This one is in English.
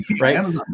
Right